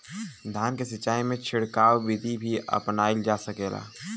धान के सिचाई में छिड़काव बिधि भी अपनाइल जा सकेला?